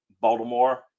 Baltimore